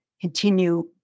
continue